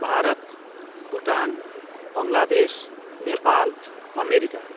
Bharat Bhutan Bangladesh Nepal America